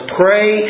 pray